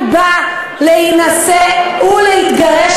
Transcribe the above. עדיין בא להינשא ולהתגרש,